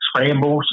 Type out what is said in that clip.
Scrambles